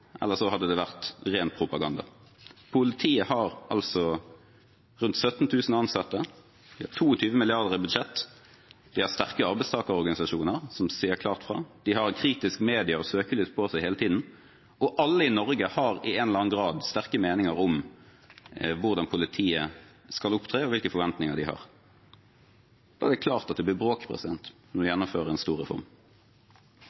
eller det hadde vært ren propaganda. Politiet har rundt 17 000 ansatte. De har 22 mrd. kr i budsjett. De har sterke arbeidstakerorganisasjoner som sier klart fra. De har et kritisk medie- og søkelys på seg hele tiden, og alle i Norge har i en eller annen grad sterke meninger om hvordan politiet skal opptre, og hvilke forventninger de har. Da er det klart at det blir bråk når vi gjennomfører en stor reform. Men det er nettopp da, i de